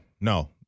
no